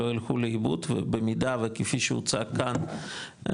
לא ילכו לאיבוד ובמידה וכפי שהוצג כאן,